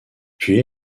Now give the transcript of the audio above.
puis